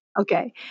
Okay